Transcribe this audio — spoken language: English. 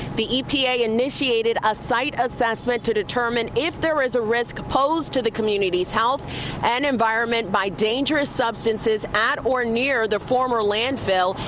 the epa initiated a site assessment to determine if there is a risk posed to the community's health and environment by dangerous substances, at or near the former landfill.